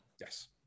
Yes